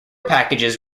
packages